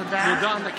תודה.